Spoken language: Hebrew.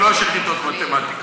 שלוש יחידות מתמטיקה,